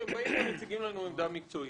כשהם באים ומציגים לנו עמדה מקצועית.